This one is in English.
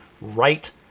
right